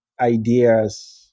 ideas